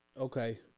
Okay